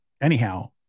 Anyhow